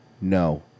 no